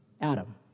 Adam